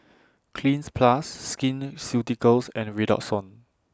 Cleanz Plus Skin Ceuticals and Redoxon